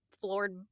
floored